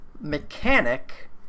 mechanic